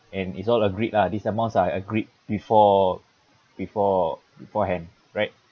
and it's all agreed lah these amounts I agreed before before beforehand right